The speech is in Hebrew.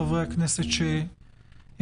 חברי הכנסת שהשכימו